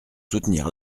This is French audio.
soutenir